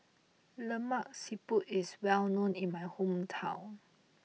Lemak Siput is well known in my hometown